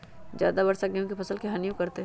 ज्यादा वर्षा गेंहू के फसल के हानियों करतै?